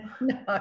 No